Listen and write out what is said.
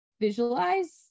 visualize